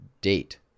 date